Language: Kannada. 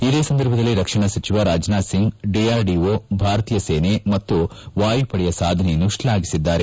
ಇದೇ ಸಂದರ್ಭದಲ್ಲಿ ರಕ್ಷಣಾ ಸಚಿವ ರಾಜನಾಥ್ ಸಿಂಗ್ ಡಿಆರ್ಡಿಓ ಭಾರತೀಯ ಸೇನೆ ಮತ್ತು ವಾಯುಪಡೆಯ ಸಾಧನೆಯನ್ನು ಶ್ಲಾಘಿಸಿದ್ದಾರೆ